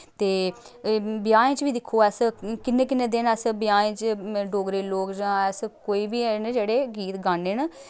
ते एह् ब्याएं च बी दिक्खो अस किन्ने किन्ने दिन अस ब्याएं च डोगरे लोक जां अस कोई बी हैन जेह्ड़े गीत गाने न